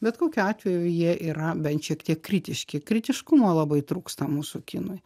bet kokiu atveju jie yra bent šiek tiek kritiški kritiškumo labai trūksta mūsų kinui